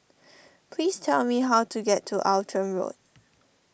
please tell me how to get to Outram Road